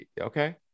okay